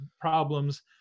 problems